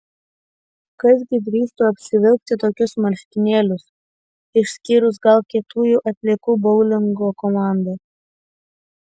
kas gi drįstų apsivilkti tokius marškinėlius išskyrus gal kietųjų atliekų boulingo komandą